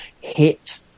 hit